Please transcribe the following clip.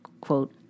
quote